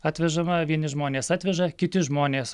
atvežama vieni žmonės atveža kiti žmonės